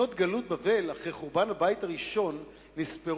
שנות גלות בבל אחרי חורבן הבית הראשון נספרו